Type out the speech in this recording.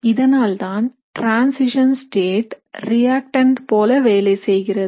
இதனால்தான் transition state reactant போல வேலை செய்கிறது